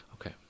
Okay